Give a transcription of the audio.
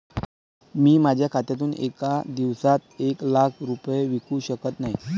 मी माझ्या खात्यातून एका दिवसात एक लाख रुपये विकू शकत नाही